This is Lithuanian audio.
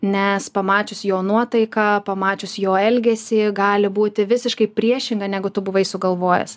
nes pamačius jo nuotaiką pamačius jo elgesį gali būti visiškai priešinga negu tu buvai sugalvojęs